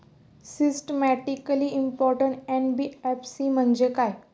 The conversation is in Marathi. सिस्टमॅटिकली इंपॉर्टंट एन.बी.एफ.सी म्हणजे काय?